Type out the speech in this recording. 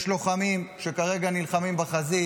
יש לוחמים שכרגע נלחמים בחזית.